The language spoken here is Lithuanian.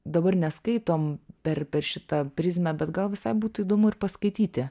dabar neskaitom per per šitą prizmę bet gal visai būtų įdomu ir paskaityti